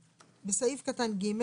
"(2)בסעיף קטן (ג),